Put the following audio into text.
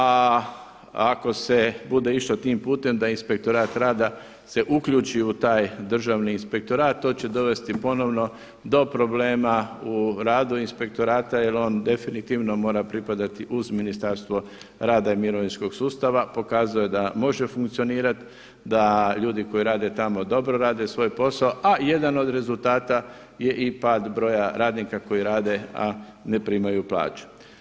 A ako se bude išlo tim pute da Inspektorat rada se uključi u taj Državni inspektorat to će dovesti ponovno do problema u radu Inspektorata, jer on definitivno mora pripadati uz Ministarstvo rada i mirovinskog sustava, pokazao je da može funkcionirati, da ljudi koji rade tamo dobro rade svoj posao a jedan od rezultata je i pad broja radnika koji rade, a ne primaju plaću.